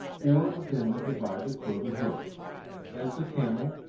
or of them that divide the cloven hoof as the camel,